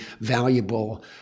valuable